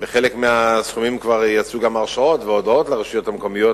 בחלק מהסכומים יצאו גם הרשאות והודעות לרשויות המקומיות,